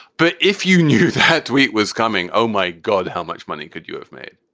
but if you knew that tweet was coming. oh, my god, how much money could you have made?